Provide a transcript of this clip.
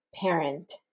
parent